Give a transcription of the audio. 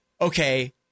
Okay